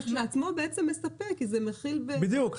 כשלעצמו בעצם מספק כי זה מכיל --- בדיוק.